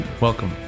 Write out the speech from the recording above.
Welcome